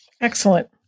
Excellent